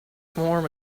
form